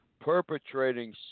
perpetrating